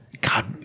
God